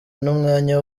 n’umwanya